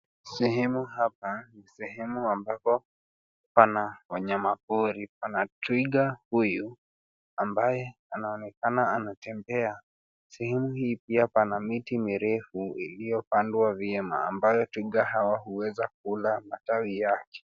Sehemu hapa ni sehemu ambapo pana wanyama pori. Pana twiga huyu ambaye anaonekana anatembea. Sehemu hii pia pana miti mirefu iliyopandwa vyema ambayo twiga hawa huweza kula matawi yake.